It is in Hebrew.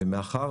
ומאחר